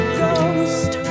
ghost